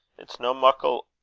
it's no muckle